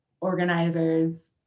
organizers